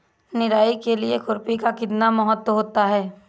निराई के लिए खुरपी का कितना महत्व होता है?